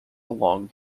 along